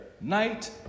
night